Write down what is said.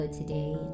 today